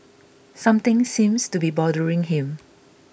something seems to be bothering him